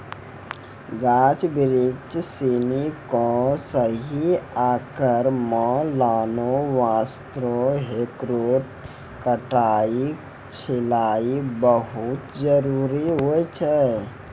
गाछ बिरिछ सिनि कॅ सही आकार मॅ लानै वास्तॅ हेकरो कटाई छंटाई बहुत जरूरी होय छै